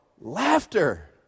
laughter